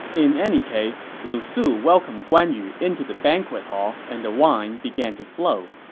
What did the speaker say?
in any case, lu su welcomed guan yu into the banquet hall and the wine began to flow.